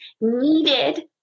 needed